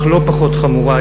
אך לא פחות חמורה,